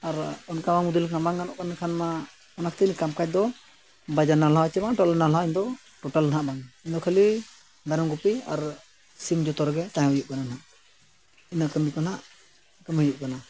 ᱟᱨ ᱚᱱᱠᱟ ᱵᱟᱝ ᱵᱩᱫᱽᱫᱷᱤ ᱞᱮᱠᱷᱟᱱ ᱵᱟᱝ ᱜᱟᱱᱚᱜ ᱠᱟᱱᱟ ᱠᱷᱟᱱ ᱢᱟ ᱚᱱᱟ ᱠᱟᱢ ᱠᱟᱡ ᱫᱚ ᱵᱟᱡᱟᱨ ᱱᱟᱞᱟ ᱦᱚᱸ ᱪᱮᱫ ᱦᱚᱸ ᱵᱟᱝ ᱴᱚᱞᱟ ᱱᱟᱞᱦᱟ ᱦᱚᱸ ᱤᱧ ᱫᱚ ᱴᱳᱴᱟᱞ ᱫᱚᱦᱟᱸᱜ ᱵᱟᱝ ᱤᱧ ᱫᱚ ᱠᱷᱟᱹᱞᱤ ᱫᱟᱨᱟᱢ ᱠᱚᱯᱤ ᱟᱨ ᱥᱤᱢ ᱡᱚᱛᱚ ᱨᱮᱜᱮ ᱛᱟᱦᱮᱱ ᱦᱩᱭᱩᱜ ᱠᱟᱱᱟ ᱱᱟᱦᱟᱸᱜ ᱤᱱᱟᱹ ᱠᱟᱹᱢᱤ ᱠᱚ ᱱᱟᱦᱟᱸᱜ ᱠᱟᱹᱢᱤ ᱦᱩᱭᱩᱜ ᱠᱟᱱᱟ